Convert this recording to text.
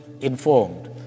informed